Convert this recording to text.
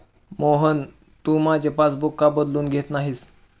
मोहन, तू तुझे पासबुक का बदलून घेत नाहीस?